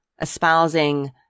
espousing